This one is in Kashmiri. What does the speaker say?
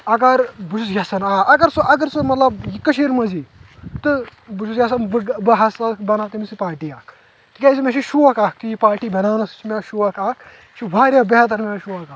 اگر بہٕ چھُس یژھان آ اگر سُہ اگر سُہ مطلب یہِ کٔشیٖرِ منٛز یی تہٕ بہٕ چھُس یژھان بہٕ ہسا بناو تٔمِس سۭتۍ پارٹی اکھ تِکیٛازِ مےٚ چھُ شوق اکھ کہِ یہِ پارٹی بناونس چھِ مےٚ شوق اکھ چھُ واریاہ بہتر مےٚ شوق اکھ